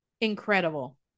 Incredible